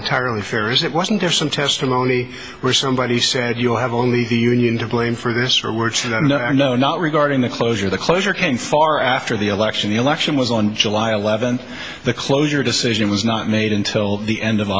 entirely fair is it wasn't there some testimony where somebody said you have only the union to blame for this or words to that no no not regarding the closure the closure came far after the election the election was on july eleventh the closure decision was not made until the end of